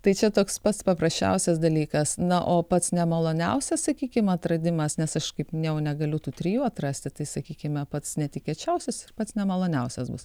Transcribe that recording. tai čia toks pats paprasčiausias dalykas na o pats nemaloniausias sakykim atradimas nes aš kaip minėjau negaliu tų trijų atrasti tai sakykime pats netikėčiausias ir pats nemaloniausias bus